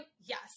Yes